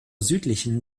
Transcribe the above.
südlichen